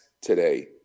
today